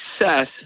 success